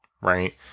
right